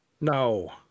No